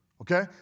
okay